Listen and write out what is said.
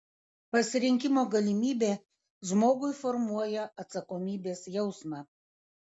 pasirinkimo galimybė žmogui formuoja atsakomybės jausmą